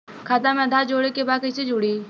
खाता में आधार जोड़े के बा कैसे जुड़ी?